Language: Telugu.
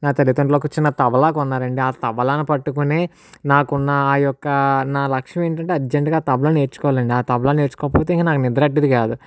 నా తల్లితండ్రులు ఒక చిన్న తబలా కొన్నారు అండి ఆ తబలాను పట్టుకోని నాకున్న యొక్క నా లక్ష్యం ఏంటి అంటే అర్జెంట్గా తబలా నేర్చుకోవాలండి తబలా నేర్చుకోకపోతే నాకు ఇంకా నిదరట్టేది కాదు